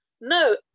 No